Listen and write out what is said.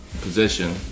position